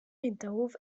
hinterhof